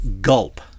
Gulp